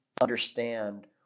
understand